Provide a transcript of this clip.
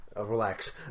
relax